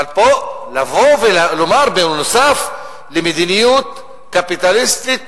אבל פה, לבוא ולומר, בנוסף למדיניות קפיטליסטית